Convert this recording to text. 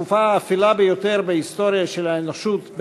בתקופה האפלה ביותר בהיסטוריה של האנושות,